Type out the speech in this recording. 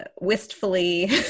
wistfully